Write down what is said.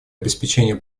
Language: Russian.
обеспечение